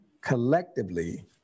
collectively